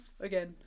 again